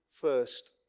first